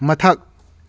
ꯃꯊꯛ